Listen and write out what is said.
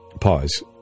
Pause